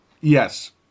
Yes